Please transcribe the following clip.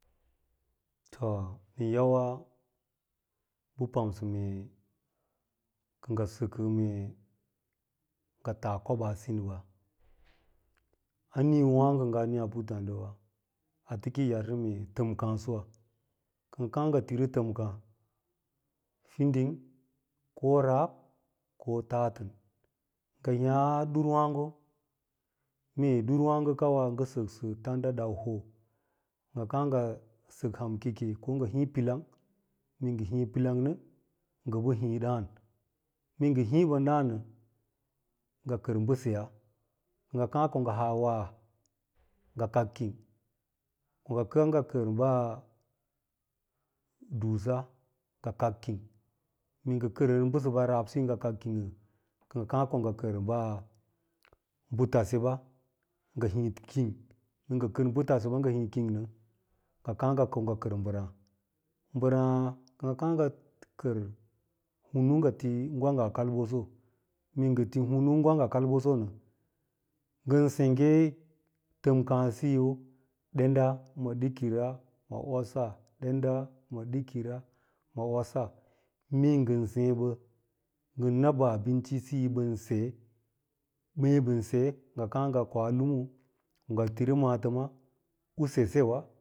To nən yawa bə pamsə mee ka ngə səkə mee ngə taa koɓa sinba, a nii wáágo kə ngaa nííyá puttáádiwau ateke yarsə mee tamká fiding ko rab ko tatən ngə niiyá durwáágo, mee ɗurwáágo kawa ngə səkə dau tanda ho, kə ngə káá ngə sək hankakə ko ngə híí pilang, mee ngə híí pilang nə ngə ɓə hii dáán, mee ngə hii ɓən dáán nə ngə kər mbəseyaa, kə ngə káá ko ngə haa waa ngə kaka king, ko ngə káá ngap kər ɓaa-dusa ngə kak king, nee ngə kərən bəsəsa rab siyə, ngə kak king nən, kə ngə káá ko ngə kər mbə tase ba nga hii king, mee ngə kər mbə taseɓa nga hii king nə, ka káa ko nga kər mbəráá, mbaráá kə ngə kər hunu ngə ti gwang a kafboso mee ngə ti hunu gwang. a kalbosonə ngən sengge təm kásiyo ɗenda, ma ɗikira, ma osa ɗenda ma ɗikira ma osa mee ngən séé bə ngən na bə abinci siyi ɓən seye, mee ɓən seye, ngə káá ngə koa lamu ngə tiri maatəma u sesewa